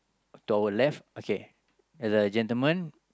to our left okay there's a gentleman